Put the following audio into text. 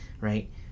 Right